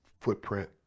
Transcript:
footprint